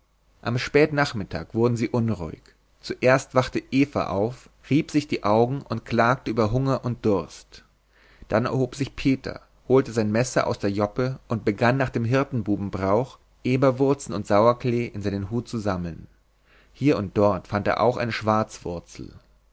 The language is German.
am spätnachmittag wurden sie unruhig zuerst wachte eva auf rieb sich die augen und klagte über hunger und durst dann erhob sich peter holte sein messer aus der joppe und begann nach hirtenbubenbrauch eberwurzen und sauerklee in seinen hut zu sammeln hier und dort fand er auch eine